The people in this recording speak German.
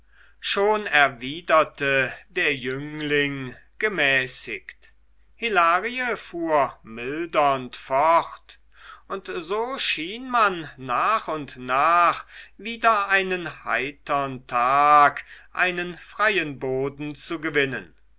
schon erwiderte der jüngling gemäßigt hilarie fuhr mildernd fort und so schien man nach und nach wieder einen heitern tag einen freien boden zu gewinnen